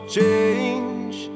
change